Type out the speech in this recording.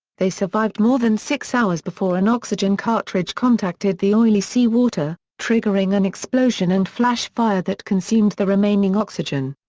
they survived more than six hours before an oxygen cartridge contacted the oily sea water, triggering an explosion and flash fire that consumed the remaining oxygen.